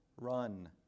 Run